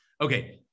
Okay